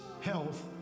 health